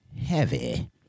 heavy